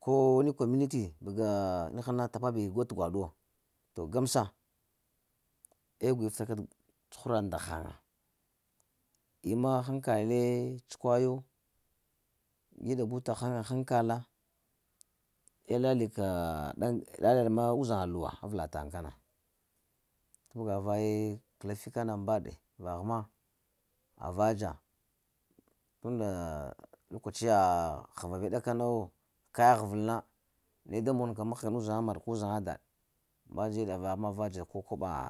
Ko wani community bəga inahana tapa bi ga t'gwaɗu wo, to gəmsa eh gwa yif taka cuhuraɗ nda haŋa ima hankale tsukwa yo gul ɗabu tahaŋ ŋ hankala, eh lali kaa ɗaŋ ga lala yaɗ ma k uzaŋa luwa, avəla taŋ kana kabga vaye kəlaf kana mbaɗe kagh ma ava dza, tun nda lokaciya həva be ɗakana wo, kayagh vəl na ne da mon ka mahgan uzana maɗ ko uzaŋa daɗ mba dzeɗe vagh ma ava dza ko koɓaa